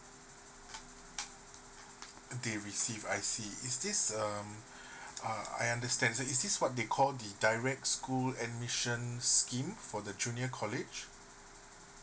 they receive I see is this um uh I understand so is this what they call the direct school admission scheme for the junior college